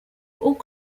haut